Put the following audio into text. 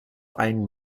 einen